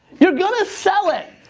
you're gonna sell it.